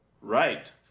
Right